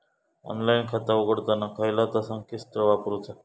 Online खाता उघडताना खयला ता संकेतस्थळ वापरूचा?